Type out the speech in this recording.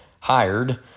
hired